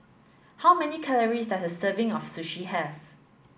how many calories does a serving of Sushi have